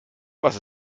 was